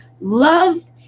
love